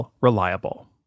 reliable